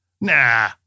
Nah